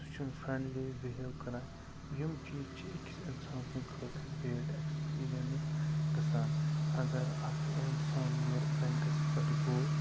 سُہ چھُنہٕ friendly behave کَران یِم چیٖز چھِ أکِس اِنسان سٕنٛدۍ خٲطرٕ بیڈ ایٚکسپیٖریَنس گَژھان اگر اکھ اِنسان یورٕ بینٛکَس پٮ۪ٹھ گوٚو